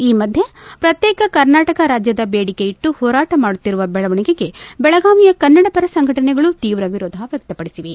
ಈ ಮಧ್ಯ ಪ್ರತ್ಯೇಕ ಕರ್ನಾಟಕ ರಾಜ್ಯದ ಬೇಡಿಕೆ ಇಟ್ಟು ಹೋರಾಟ ಮಾಡುತ್ತಿರುವ ಬೆಳವಣಿಗೆಗೆ ಬೆಳಗಾವಿಯ ಕನ್ನಡಪರ ಸಂಘಟನೆಗಳು ತೀವ್ರ ವಿರೋಧ ವ್ಯಕ್ತಪಡಿಸಿವೆ